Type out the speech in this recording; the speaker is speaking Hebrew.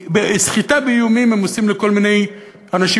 סחיטה באיומים הם עושים לכל מיני אנשים